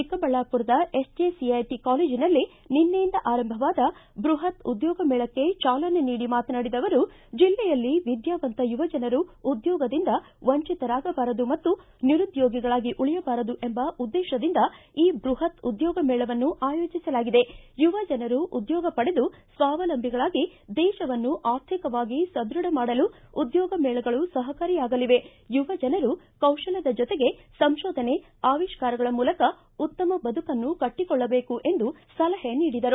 ಚಿಕ್ಕಬಳ್ಳಾಪುರದ ಎಸ್ಜೆಸಿಐಟಿ ಕಾಲೇಜಿನಲ್ಲಿ ನಿನ್ನೆಯಿಂದ ಆರಂಭವಾದ ಬ್ಬಹತ್ ಉದ್ಯೋಗ ಮೇಳಕ್ಕೆ ಚಾಲನೆ ನೀಡಿ ಮಾತನಾಡಿದ ಅವರು ಜಿಲ್ಲೆಯಲ್ಲಿ ವಿದ್ಯಾವಂತ ಯುವ ಜನರು ಉದ್ಯೋಗದಿಂದ ವಂಚತರಾಗಬಾರದು ಮತ್ತು ನಿರುದ್ಯೋಗಿಗಳಾಗಿ ಉಳಿಯಬಾರದು ಎಂಬ ಉದ್ಯೇತದಿಂದ ಈ ಬೃಹತ್ ಉದ್ಯೋಗ ಮೇಳವನ್ನು ಆಯೋಜಿಸಲಾಗಿದೆ ಯುವಜನರು ಉದ್ಯೋಗ ಪಡೆದು ಸ್ವಾವಲಂಬಿಗಳಾಗಿ ದೇಶವನ್ನು ಆರ್ಥಿಕವಾಗಿ ಸದೃಢ ಮಾಡಲು ಉದ್ಯೋಗ ಮೇಳಗಳು ಸಹಕಾರಿಯಾಗಲಿವೆ ಯುವಜನರು ಕೌಶಲ್ತದ ಜೊತೆಗೆ ಸಂಶೋಧನೆ ಆವಿಷ್ಕಾರಗಳ ಮೂಲಕ ಉತ್ತಮ ಬದುಕನ್ನು ಕಟ್ಟಕೊಳ್ಳಬೇಕು ಎಂದು ಸಲಹೆ ನೀಡಿದರು